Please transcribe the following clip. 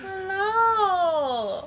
!walao!